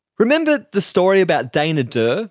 remember the story about dana dirr,